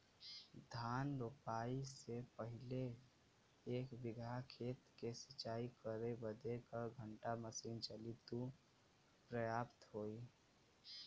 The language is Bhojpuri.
धान रोपाई से पहिले एक बिघा खेत के सिंचाई करे बदे क घंटा मशीन चली तू पर्याप्त होई?